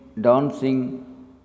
dancing